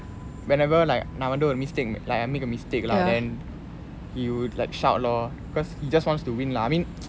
whenever like நா வந்து ஒறு:naa vanthu oru mistake like I make a mistake lah then he would like shout lor cause he just wants to win lah I mean